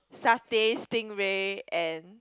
satay stingray and